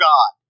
God